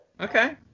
okay